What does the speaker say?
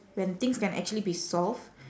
when things can actually be solve